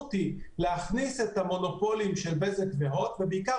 המשמעות היא להכניס את המונופולים של בזק והוט - בעיקר